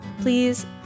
Please